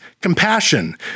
compassion